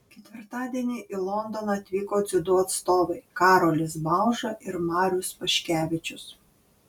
ketvirtadienį į londoną atvyko dziudo atstovai karolis bauža ir marius paškevičius